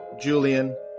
Julian